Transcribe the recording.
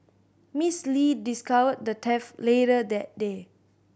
Miss Lee discovered the theft later that day